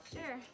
Sure